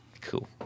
Cool